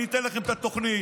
אני אתן לכם את התוכנית.